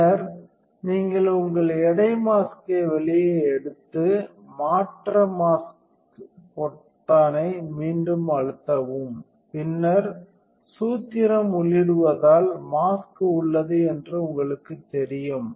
பின்னர் நீங்கள் உங்கள் எடை மாஸ்க்யை வெளியே எடுத்து மாற்ற மாஸ்க் பொத்தானை மீண்டும் அழுத்தவும் பின்னர் நேரம் பார்க்கவும் 2311 சூத்திரம் உள்ளிடுவதால் மாஸ்க் உள்ளது என்று உங்களுக்குத் தெரியும்